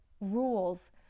rules